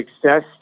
success